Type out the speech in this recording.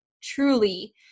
truly